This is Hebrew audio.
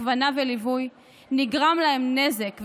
הכוונה וליווי נגרם להם נזק,